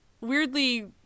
weirdly